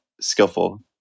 skillful